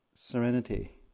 serenity